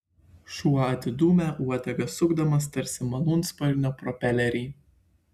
šuo atidūmė uodegą sukdamas tarsi malūnsparnio propelerį